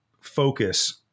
focus